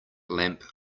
lamp